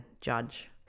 judge